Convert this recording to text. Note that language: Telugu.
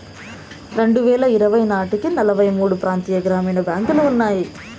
రెండువేల ఇరవై నాటికి నలభై మూడు ప్రాంతీయ గ్రామీణ బ్యాంకులు ఉన్నాయి